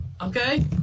Okay